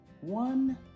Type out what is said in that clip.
one